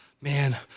man